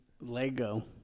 Lego